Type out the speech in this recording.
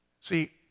see